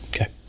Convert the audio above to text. okay